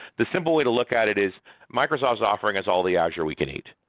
the simple way to look at it is microsoft's offering us all the azure we can eat.